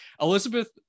Elizabeth